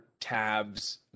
tabs